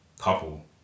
couple